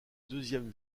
deuxième